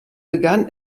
begann